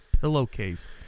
pillowcase